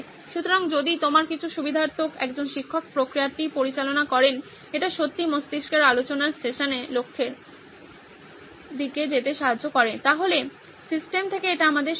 সুতরাং যদি তোমার কিছু সুবিধার্থক একজন শিক্ষক প্রক্রিয়াটি পরিচালনা করেন এটি সত্যিই মস্তিষ্কের আলোচনার সেশানে লক্ষ্যের দিকে যেতে সাহায্য করে তাহলে সিস্টেম থেকে এটি আমাদের সুপারিশ